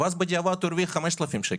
ואז בדיעבד הוא הרוויח 5,000 שקל.